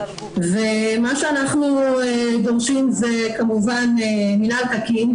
מה שאנחנו דורשים זה מינהל תקין,